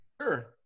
Sure